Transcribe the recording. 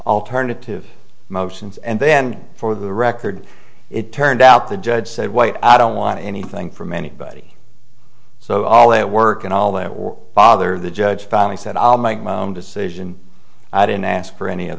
alternative motions and then for the record it turned out the judge said white i don't want anything from anybody so our way of working all that or father the judge finally said i'll make my decision i didn't ask for any of